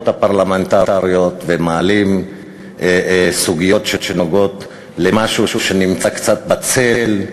הפרלמנטריות ומעלים סוגיות שנוגעות במשהו שנמצא קצת בצל,